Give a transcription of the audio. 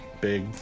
big